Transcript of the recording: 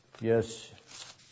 Yes